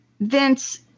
Vince